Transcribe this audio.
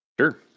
Sure